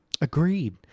Agreed